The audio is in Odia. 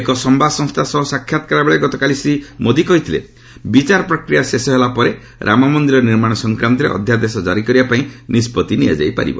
ଏକ ସମ୍ଭାଦ ସଂସ୍ଥା ସହ ସାକ୍ଷାତକାର ବେଳେ ଗତକାଲି ଶ୍ରୀ ମୋଦି କହିଥିଲେ ବିଚାର ପ୍ରକ୍ରିୟା ଶେଷ ହେଲା ପରେ ରାମମନ୍ଦିର ନିର୍ମାଣ ସଂକ୍ନାନ୍ତରେ ଅଧ୍ୟାଦେଶ ଜାରି କରିବା ପାଇଁ ନିଷ୍ପଭି ନିଆଯାଇ ପାରିବ